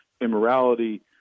immorality